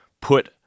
put